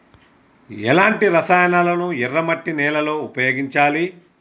ఎలాంటి రసాయనాలను ఎర్ర మట్టి నేల లో ఉపయోగించాలి?